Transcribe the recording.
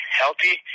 healthy